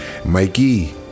Mikey